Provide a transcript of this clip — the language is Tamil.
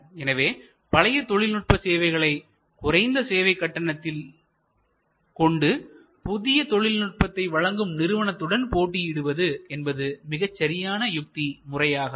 எனவே பழைய தொழில்நுட்ப சேவைகளை குறைந்த சேவை கட்டணத்தில் கொண்டு புதிய தொழில்நுட்பத்தை வழங்கும் நிறுவனத்துடன் போட்டியிடுவது என்பது மிகச்சரியான யுக்தி முறையாகாது